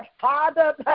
father